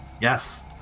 Yes